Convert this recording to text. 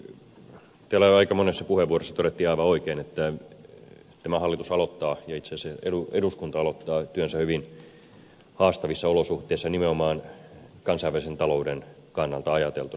ensinnäkin täällä aika monessa puheenvuorossa todettiin aivan oikein että tämä hallitus aloittaa ja itse asiassa eduskunta aloittaa työnsä hyvin haastavissa olosuhteissa nimenomaan kansainvälisen talouden kannalta ajateltuna